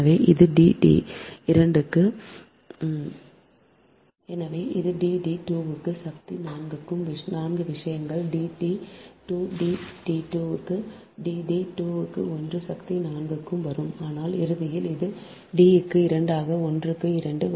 எனவே இது d d 2 க்கு சக்தி 4 க்கு 4 விஷயங்கள் D d 2 D d 2 க்கு D d 2 க்கு 1 சக்தி 4 க்கு வரும் ஆனால் இறுதியில் அது D க்கு 2 ஆக 1 க்கு 2